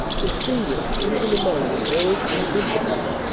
distin guished even among the old contemptibles,